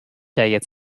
jetzt